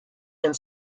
and